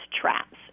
traps